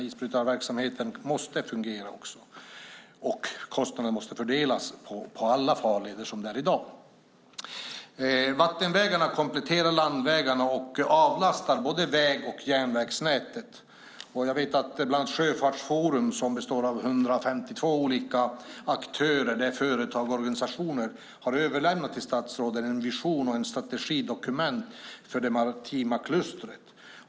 Isbrytarverksamheten måste därför fungera, och kostnaderna måste fördelas på alla farleder som i dag. Vattenvägarna kompletterar landvägarna och avlastar både väg och järnvägsnätet. Jag vet att Sjöfartsforum som består av 152 olika aktörer - företag och organisationer - har överlämnat till statsrådet en vision och ett strategidokument för det maritima klustret.